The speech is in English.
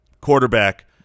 quarterback